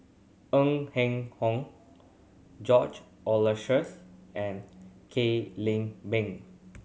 Ng Eng Hen George Oehlers and Kwek Leng Beng